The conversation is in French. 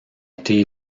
été